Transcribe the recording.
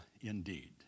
indeed